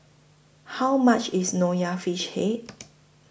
How much IS Nonya Fish Head